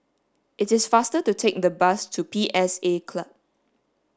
it is faster to take the bus to P S A Club